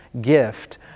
gift